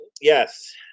Yes